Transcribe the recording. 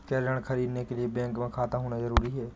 क्या ऋण ख़रीदने के लिए बैंक में खाता होना जरूरी है?